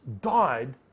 died